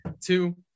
two